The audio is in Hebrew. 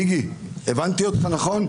איגי, הבנתי אותך נכון?